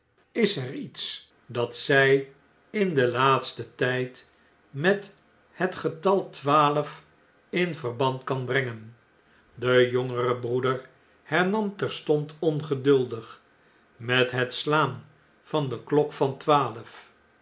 ls er iets dat zy in den laatsten tjjd met het getal twaalf in verband kan brengen de jongere broeder hernam terstond ongeduldig met het slaan van de klok van